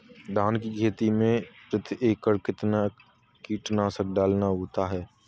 धान की खेती में प्रति एकड़ कितना कीटनाशक डालना होता है?